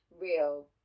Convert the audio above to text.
real